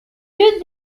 deux